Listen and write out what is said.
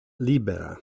libera